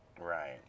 right